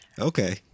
Okay